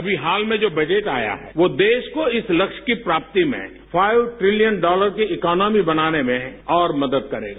अमी हाल में जो बजट आया वो देश को इस लक्ष्य की प्रापि में फाइव ट्रिलियन डॉलर की इकोनोमी बनाने में और मदद करेगा